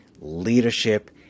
leadership